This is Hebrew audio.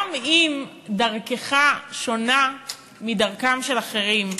גם אם דרכך שונה מדרכם של אחרים,